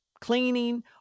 cleaning